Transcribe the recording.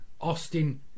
Austin